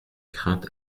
crainte